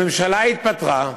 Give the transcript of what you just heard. הממשלה התפטרה.